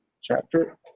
chapter